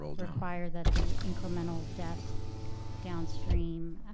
require that the incremental depth downstream,